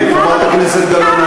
כן, חברת הכנסת גלאון.